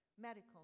medical